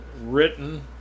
written